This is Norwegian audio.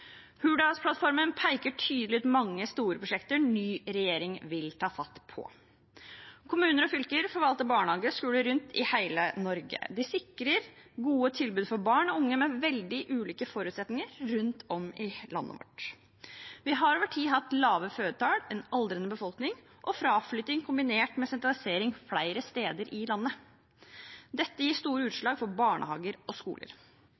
Hurdalsplattformen peker tydelig ut mange store prosjekter ny regjering vil ta fatt på. Kommuner og fylker forvalter barnehager og skoler rundt i hele Norge. De sikrer gode tilbud for barn og unge med veldig ulike forutsetninger rundt om i landet vårt. Vi har over tid hatt lave fødetall, en aldrende befolkning og fraflytting kombinert med sentralisering flere steder i landet. Dette gir store utslag for barnehager og skoler.